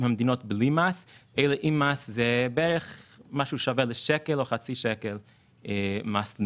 במדינות שכן מטילות מס המס הוא משהו כמו שקל או חצי שקל על מיליליטר.